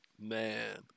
Man